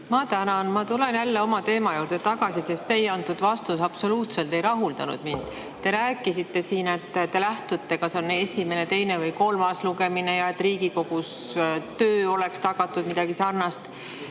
Ma tänan! Ma tulen jälle oma teema juurde tagasi, sest teie antud vastus absoluutselt ei rahuldanud mind. Te rääkisite siin, et te lähtute sellest, kas on esimene, teine või kolmas lugemine ja et Riigikogus töö oleks tagatud – midagi sarnast.